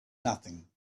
nothing